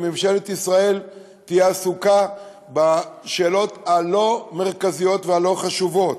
ממשלת ישראל תהיה עסוקה בשאלות הלא-מרכזיות והלא-חשובות?